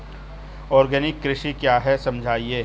Organic कृषि क्या है समझाइए?